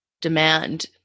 demand